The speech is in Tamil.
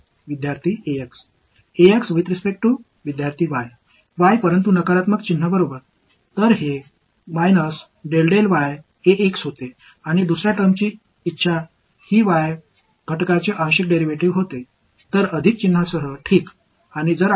ஆதாரம் மீண்டும் மிகவும் கடினம் அல்ல நாம் ஒரு மேற்பரப்பு மற்றும் மேற்பரப்பைச் சுற்றியுள்ள கோட்டைப் பார்த்தோம் நாம் ஒரு எளிய ஒருங்கிணைப்பைச் செய்தோம்